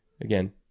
Again